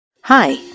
Hi